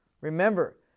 Remember